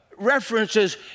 references